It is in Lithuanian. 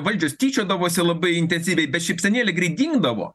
valdžios tyčiodavosi labai intensyviai bet šypsenėlė greit dingdavo